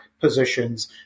positions